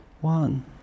one